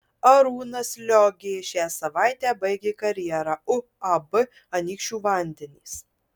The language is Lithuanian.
arūnas liogė šią savaitę baigė karjerą uab anykščių vandenys